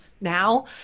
now